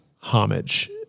homage